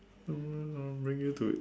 um bring you to